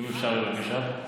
אם אפשר בבקשה.